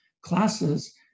classes